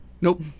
Nope